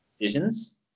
decisions